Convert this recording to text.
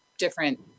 different